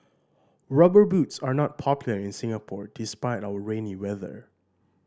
Rubber Boots are not popular in Singapore despite our rainy weather